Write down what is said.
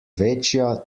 večja